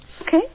Okay